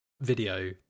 video